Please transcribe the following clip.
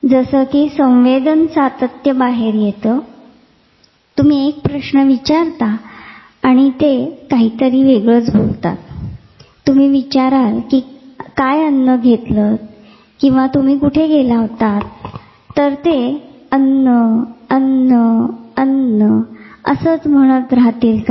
जसे कि संवेदन सातत्य बाहेर येते तुम्ही एक प्रश्न विचारता आणि ते काहीतरी बोलतील तुम्ही विचाराल तुम्ही काय अन्न घेतले तुम्ही कुठे गेला होता तर ते अन्न अन्न अन्न असेच म्हणत राहतील का